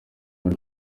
muri